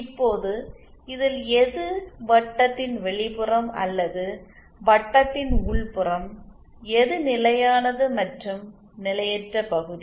இப்போது இதில் எது வட்டத்தின் வெளிப்புறம் அல்லது வட்டத்தின் உட்புறம் எது நிலையானது மற்றும் நிலையற்ற பகுதி